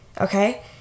okay